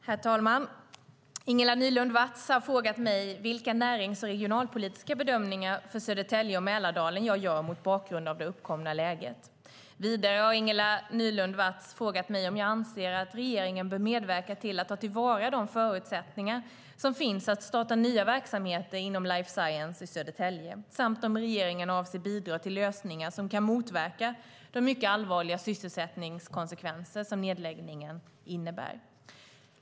Herr talman! Ingela Nylund Watz har frågat mig vilka närings och regionalpolitiska bedömningar för Södertälje och Mälardalen jag gör mot bakgrund av det uppkomna läget. Vidare har Ingela Nylund Watz frågat mig om jag anser att regeringen bör medverka till att ta till vara de förutsättningar som finns att starta nya verksamheter inom life science i Södertälje samt om regeringen avser att bidra till lösningar som kan motverka de mycket allvarliga sysselsättningskonsekvenser som nedläggningen innebär.